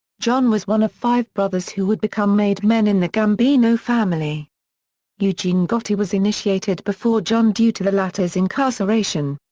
john was one of five brothers who would become made men in the gambino family eugene gotti was initiated before john due to the latter's incarceration.